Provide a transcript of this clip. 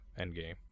Endgame